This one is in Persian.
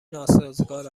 ناسازگار